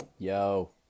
Yo